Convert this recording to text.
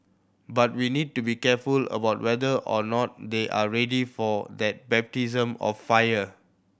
but we need to be careful about whether or not they are ready for that baptism of fire